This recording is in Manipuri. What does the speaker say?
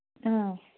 ꯑꯥ